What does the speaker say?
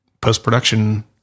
post-production